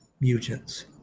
mutants